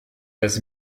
das